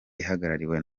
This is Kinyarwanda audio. ihagarariwe